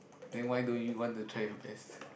then why don't you want to try your best